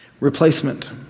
Replacement